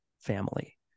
family